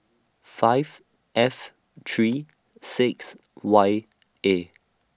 five F three six Y A